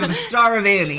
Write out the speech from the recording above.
but star of annie